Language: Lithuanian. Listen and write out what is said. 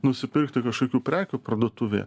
nusipirkti kažkokių prekių parduotuvėje